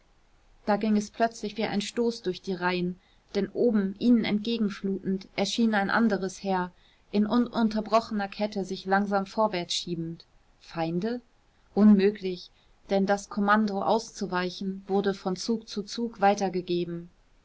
da ging es plötzlich wie ein stoß durch die reihen denn oben ihnen entgegenflutend erschien ein anderes heer in ununterbrochener kette sich langsam vorwärtsschiebend feinde unmöglich denn das kommando auszuweichen wurde von zug zu zug weitergegeben